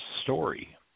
story